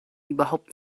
überhaupt